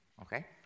okay